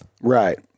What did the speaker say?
right